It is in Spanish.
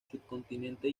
subcontinente